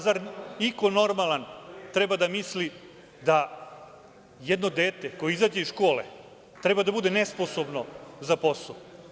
Zar iko normalan treba da misli da jedno dete koje izađe iz škole treba da bude nesposobno za posao?